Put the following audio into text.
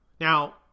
Now